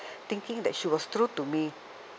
thinking that she was true to me